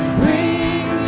bring